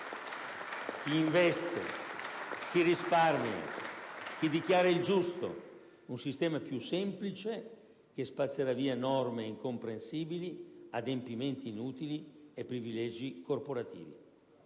chi investe, chi risparmia, chi dichiara il giusto; un sistema più semplice che spazzerà via norme incomprensibili, adempimenti inutili e privilegi corporativi.